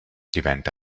diventa